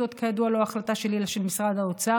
זאת כידוע לא החלטה שלי אלא של משרד האוצר,